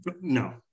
no